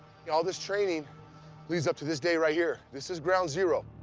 yeah all this training leads up to this day right here. this is ground zero.